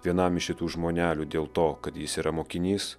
vienam iš šitų žmonelių dėl to kad jis yra mokinys